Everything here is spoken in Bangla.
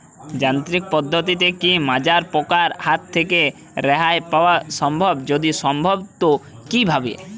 যান্ত্রিক পদ্ধতিতে কী মাজরা পোকার হাত থেকে রেহাই পাওয়া সম্ভব যদি সম্ভব তো কী ভাবে?